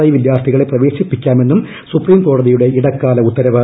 I വിദ്യാർഥ്ചിക്ക്ള് പ്രവേശിപ്പിക്കാമെന്നും supreme കോടതിയുടെ ഇടക്കാലും ഉത്തരവ്